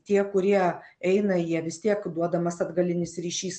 tie kurie eina jie vis tiek duodamas atgalinis ryšys